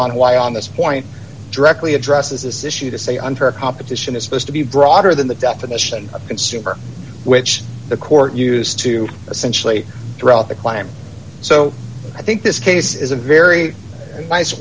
why on this point directly addresses this issue to say unfair competition is supposed to be broader than the definition of consumer which the court used to essentially threw out the clam so i think this case is a very nice